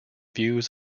views